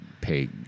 pay